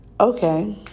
Okay